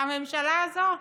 הממשלה הזו,